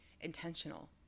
intentional